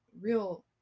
real